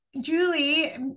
julie